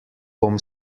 bom